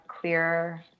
clearer